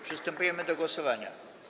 Przystępujemy do głosowania.